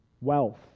wealth